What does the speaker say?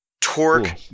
torque